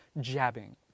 jabbing